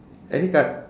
any card